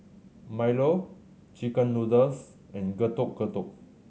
Milo chicken noodles and Getuk Getuk